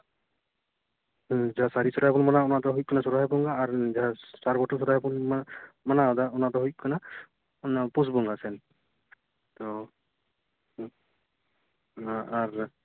ᱡᱟᱦᱟᱸ ᱥᱟᱹᱨᱤ ᱥᱚᱨᱦᱟᱭ ᱵᱚᱱ ᱢᱟᱱᱟᱣ ᱚᱱᱟ ᱫᱚ ᱦᱩᱭᱩᱜ ᱠᱟᱱᱟ ᱥᱚᱨᱦᱟᱭ ᱵᱚᱸᱜᱟ ᱟᱨ ᱡᱟᱦᱟᱸ ᱥᱟᱨᱵᱷᱟᱹᱴᱩ ᱥᱚᱨᱦᱟᱭ ᱵᱚᱱ ᱢᱟᱱᱟᱣ ᱚᱱᱟ ᱫᱚ ᱦᱩᱭᱩᱜ ᱠᱟᱱᱟ ᱯᱩᱥ ᱵᱚᱸᱜᱟ ᱥᱮᱱ ᱛᱚ ᱟᱨ